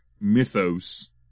mythos